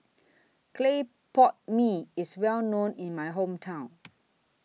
Clay Pot Mee IS Well known in My Hometown